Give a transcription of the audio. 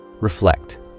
Reflect